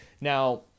Now